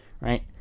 right